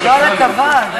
בוא נדבר על מה שאין בתקציב.